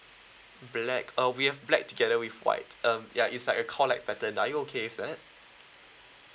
black uh we have black together with white um ya it's like a collapse pattern are you okay with that